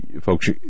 folks